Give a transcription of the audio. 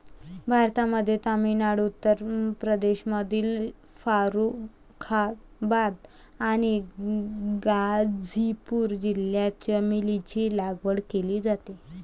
भारतामध्ये तामिळनाडू, उत्तर प्रदेशमधील फारुखाबाद आणि गाझीपूर जिल्ह्यात चमेलीची लागवड केली जाते